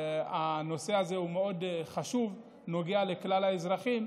והנושא הזה הוא מאוד חשוב, נוגע לכלל האזרחים.